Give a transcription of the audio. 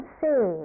see